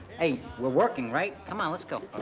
hey, we're working, right? come on, let's go,